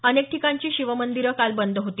अनेक ठिकाणची शिवमंदीरं काल बंद होती